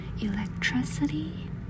electricity